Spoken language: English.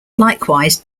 likewise